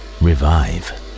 revive